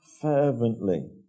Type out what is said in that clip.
fervently